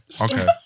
Okay